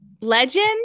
legend